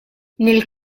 nel